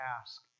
ask